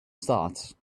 start